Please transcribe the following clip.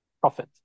profit